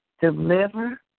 deliver